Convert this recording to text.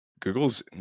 Google's